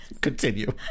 Continue